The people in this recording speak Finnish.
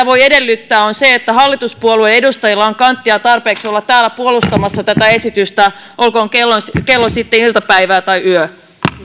voi edellyttää on se että hallituspuolueiden edustajilla on tarpeeksi kanttia olla täällä puolustamassa tässä esitystä olkoon sitten iltapäivä tai yö